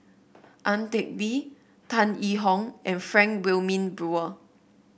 Ang Teck Bee Tan Yee Hong and Frank Wilmin Brewer